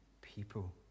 people